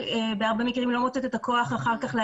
בהרבה מקרים אחר כך הן לא מוצאות את הכוח להגיש